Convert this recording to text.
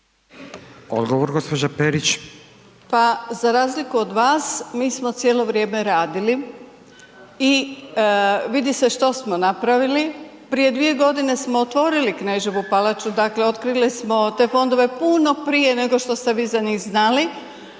**Perić, Grozdana (HDZ)** Pa za razliku od vas, mi smo cijelo vrijeme radili i vidi se što smo napravili. Prije 2 godine smo otvorili Kneževu palaču, dakle otkrili smo te fondove puno prije nego što ste vi za njih znali,